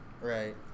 Right